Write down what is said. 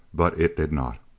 but it did not.